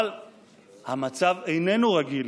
אבל המצב איננו רגיל: